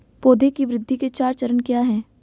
पौधे की वृद्धि के चार चरण क्या हैं?